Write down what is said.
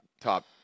top